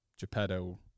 geppetto